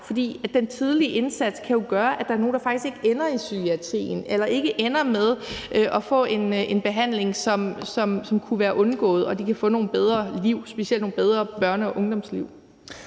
For den tidlige indsats kan jo gøre, at der er nogle, der faktisk ikke ender i psykiatrien eller ikke ender med at få en behandling, som kunne være undgået, så de kan få nogle bedre liv, specielt nogle bedre børne- og ungdomsliv.